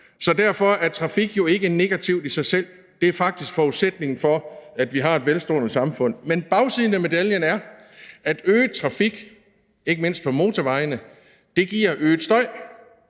Derfor er trafik jo ikke negativt i sig selv; det er faktisk forudsætningen for, at vi har et velstående samfund. Men bagsiden af medaljen er, at øget trafik, ikke mindst på motorvejene, giver øget støj.